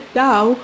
now